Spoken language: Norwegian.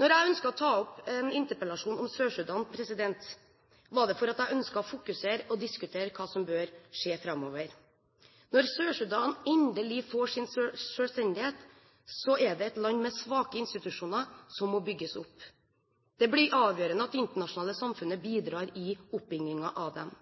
Når jeg ønsket å ta opp en interpellasjon om Sør-Sudan, var det fordi jeg ønsket å fokusere på og diskutere hva som bør skje framover. Når Sør-Sudan endelig får sin selvstendighet, er det et land med svake institusjoner som må bygges opp. Det blir avgjørende at det internasjonale samfunnet bidrar i oppbyggingen av dem.